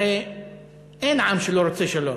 הרי אין עם שלא רוצה שלום,